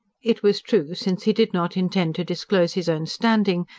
it was true since he did not intend to disclose his own standing,